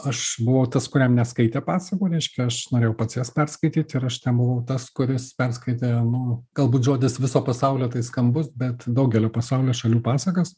aš buvau tas kuriam neskaitė pasakų reiškia aš norėjau pats jas perskaityt ir aš tebuvau tas kuris perskaitė nu galbūt žodis viso pasaulio tai skambus bet daugelio pasaulio šalių pasakas